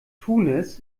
tunis